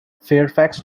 fairfax